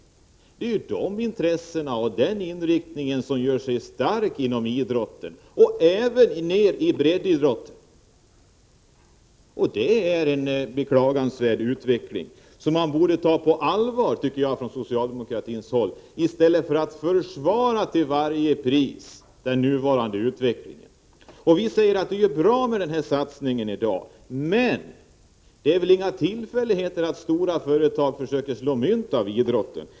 Det är de intressena och den inriktningen som gör sig starka inom idrotten, även inom breddidrotten. Det är en beklagansvärd utveckling, som socialdemokraterna borde se allvarligt på, i stället för att till varje pris försvara den nuvarande utvecklingen. Vi säger att det är bra med denna satsning i dag, men det är väl ingen tillfällighet att stora företag försöker slå mynt av idrotten.